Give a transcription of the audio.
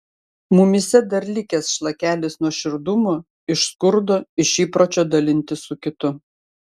mumyse dar likęs šlakelis nuoširdumo iš skurdo iš įpročio dalintis su kitu